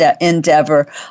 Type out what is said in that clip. endeavor